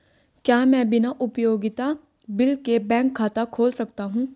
क्या मैं बिना उपयोगिता बिल के बैंक खाता खोल सकता हूँ?